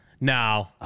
No